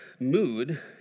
mood